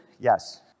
Yes